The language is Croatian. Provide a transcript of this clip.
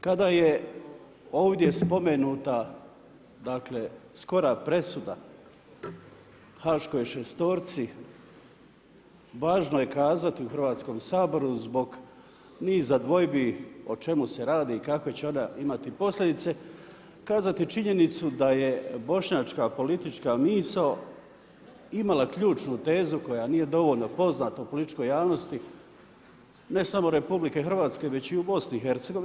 Kada je ovdje spomenuta dakle, skora presuda haškoj šestorici, važno je kazati u Hrvatskom saboru zbog niza dvojbi o čemu se radi i kakve će ona imati posljedice, kazati činjenicu da je bošnjačka politička misao imala ključnu tezu koja nije dovoljno poznata političkoj javnosti, ne samo RH, već i u BIH.